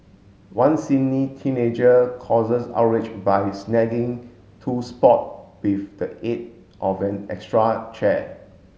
one Sydney teenager causes outrage by snagging two spot with the aid of an extra chair